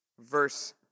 verse